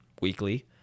weekly